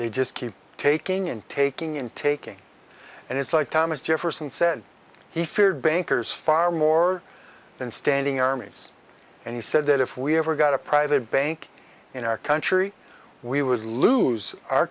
they just keep taking and taking and taking and it's like thomas jefferson said he feared bankers far more than standing armies and he said that if we ever got a private bank in our country we would lose our